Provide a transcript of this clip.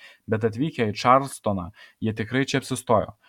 bet atvykę į čarlstoną jie tikrai čia apsistoja